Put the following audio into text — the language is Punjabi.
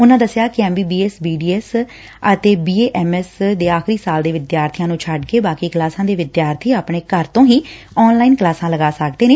ਉਹਨਾਂ ਦੱਸਿਆ ਕਿ ਐਮਬੀਬੀਐਸ ਬੀਡੀਐਸ ਅਤੇ ਬੀਏਐਮਐਸ ਦੇ ਆਖ਼ਰੀ ਸਾਲ ਦੇ ਵਿਦਿਆਰਬੀਆਂ ਨ੍ਨ ਛੱਡ ਕੇ ਬਾਕੀ ਕਲਾਸਾ ਦੇ ਵਿਦਿਆਰਥੀ ਆਪਣੇ ਘਰ ਤੋ ਹੀ ਆਨਲਾਈਨ ਕਲਾਸਾ ਲਗਾ ਸਕਦੇ ਨੇ